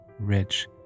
rich